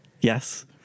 Yes